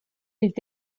les